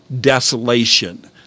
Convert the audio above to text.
desolation